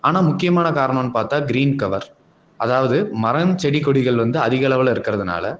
ஆனால் முக்கியமான காரணனு பார்த்தா க்ரீன் கவர் அதாவது மரம் செடி கொடிகள் வந்து அதிக அளவில் இருக்கிறதுனால